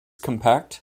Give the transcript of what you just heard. compact